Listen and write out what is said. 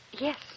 Yes